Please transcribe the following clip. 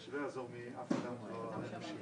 השר לנושאים אסטרטגיים מיכאל מרדכי ביטון: